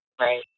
Right